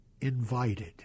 invited